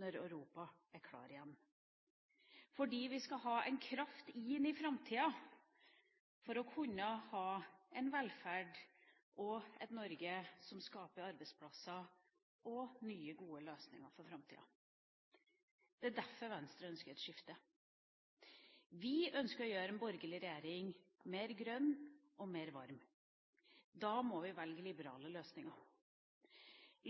når Europa er klar igjen, fordi vi skal ha en kraft inn i framtida for å kunne ha en velferd og et Norge som skaper arbeidsplasser og nye, gode løsninger for framtida. Det er derfor Venstre ønsker et skifte. Vi ønsker å gjøre en borgerlig regjering mer grønn og mer varm. Da må vi velge liberale løsninger.